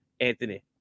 Anthony